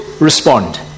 respond